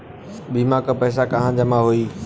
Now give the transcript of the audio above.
बीमा क पैसा कहाँ जमा होई?